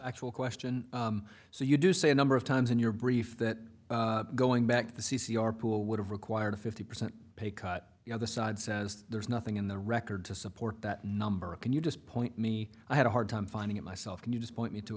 actual question so you do say a number of times in your brief that going back to c c or pool would have required a fifty percent pay cut the other side says there's nothing in the record to support that number can you just point me i had a hard time finding it myself can you just point me to